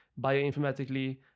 bioinformatically